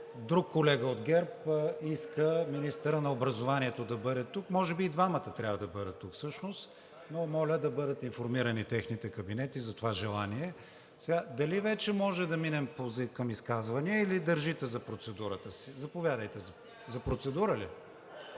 друг колега от ГЕРБ иска министърът на образованието да бъде тук. Може би и двамата трябва да бъдат тук всъщност, но моля да бъдат информирани техните кабинети за това желание. Дали вече може да минем към изказвания, или държите за процедурата си? (Шум и реплики.) За процедура ли?